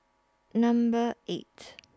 Number eight